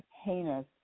heinous